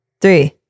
Three